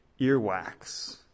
earwax